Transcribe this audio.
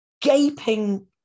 gaping